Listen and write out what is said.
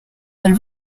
del